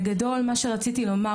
בגדול מה שרציתי לומר,